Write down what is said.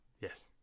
Yes